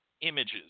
images